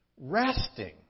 Resting